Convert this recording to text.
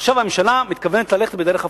עכשיו הממשלה מתכוונת ללכת בדרך הפוכה.